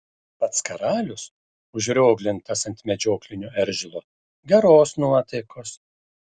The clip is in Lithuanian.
pats karalius užrioglintas ant medžioklinio eržilo geros nuotaikos